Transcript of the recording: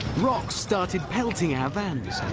rocks started pelting our vans.